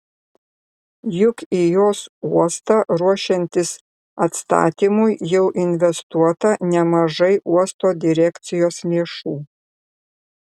juk į jos uostą ruošiantis atstatymui jau investuota nemažai uosto direkcijos lėšų